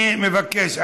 אני מבקש,